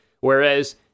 whereas